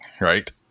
right